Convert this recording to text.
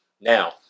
Now